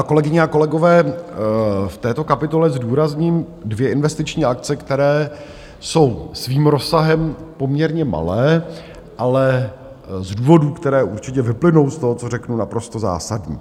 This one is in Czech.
Kolegyně a kolegové, já v této kapitole zdůrazním dvě investiční akce, které jsou svým rozsahem poměrně malé, ale z důvodů, které určitě vyplynou z toho, co řeknu, naprosto zásadní.